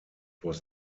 was